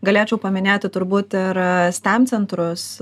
galėčiau paminėti turbūt ir steam centrus